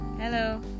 Hello